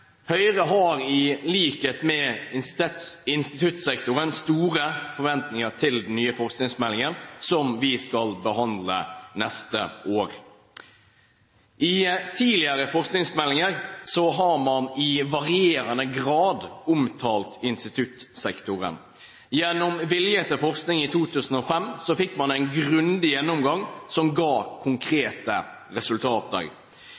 Høyre har i likhet med instituttsektoren store forventninger til den nye forskningsmeldingen, som vi skal behandle neste år. I tidligere forskningsmeldinger har man i varierende grad omtalt instituttsektoren. I stortingsmeldingen Vilje til forskning, i 2005, fikk man en grundig gjennomgang som ga